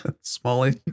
Smalley